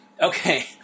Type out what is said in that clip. Okay